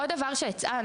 עוד דבר שהצענו,